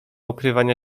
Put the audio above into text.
ukrywania